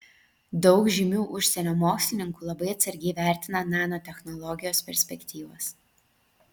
daug žymių užsienio mokslininkų labai atsargiai vertina nanotechnologijos perspektyvas